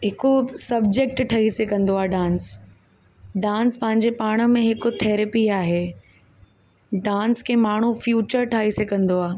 हिकु सबजेक्ट ठही सघंदो आहे डांस डांस पंहिंजे पाण में हिकु थैरेपी आहे डांस खे माण्हूं फ़्यूचर ठाहे सघंदो आहे